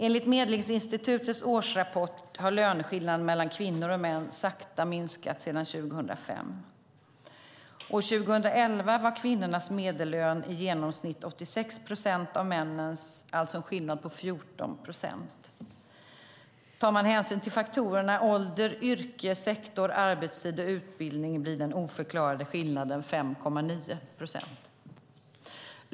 Enligt Medlingsinstitutets årsrapport har löneskillnaden mellan kvinnor och män sakta minskat sedan 2005. År 2011 var kvinnornas medellön i genomsnitt 86 procent av männens, alltså en skillnad på 14 procent. Tar man hänsyn till faktorerna ålder, yrke, sektor, arbetstid och utbildning blir den oförklarade skillnaden 5,9 procent.